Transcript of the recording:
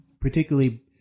particularly